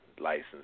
license